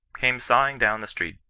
came sawing down the street,